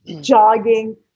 jogging